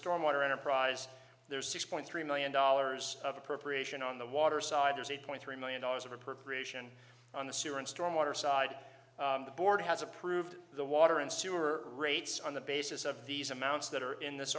stormwater enterprise there's six point three million dollars of appropriation on the water side there's eight point three million dollars of appropriation on the syrian stormwater side the board has approved the water and sewer rates on the basis of these amounts that are in this